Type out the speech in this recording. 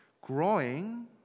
growing